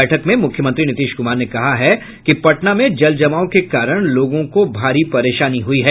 बैठक में मुख्यमंत्री नीतीश कुमार ने कहा है कि पटना में जलजमाव के कारण लोगों को भारी परेशानी हुई है